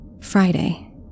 friday